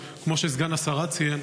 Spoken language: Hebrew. כמו שסגן השרה ציין,